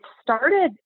started